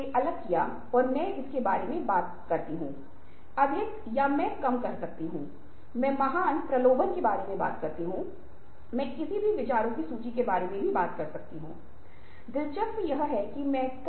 इसलिए तर्क इस तरह से होना चाहिए कि जब बातचीत चल रही हो तो अन्य पक्ष हों दर्शक हों तब हम अपनी बात को इस तरह से सामने रख सकते हैं कि यह किसी प्रकार की सहानुभूति पैदा करने वाला हो हमारे लिए कुछ समझ की तरह हो